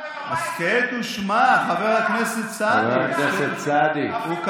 אפילו בממשלה של נתניהו זה לא